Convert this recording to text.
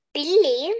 Billy